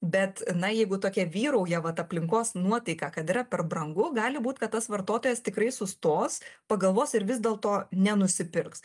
bet na jeigu tokia vyrauja vat aplinkos nuotaika kad yra per brangu gali būt kad tas vartotojas tikrai sustos pagalvos ir vis dėlto nenusipirks